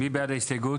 אוקיי, מי בעד ההסתייגות?